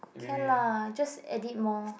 can lah just edit more